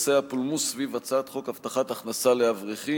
הפולמוס סביב הצעת חוק הבטחת הכנסה לאברכים,